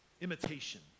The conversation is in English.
Imitation